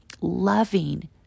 loving